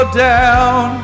down